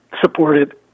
supported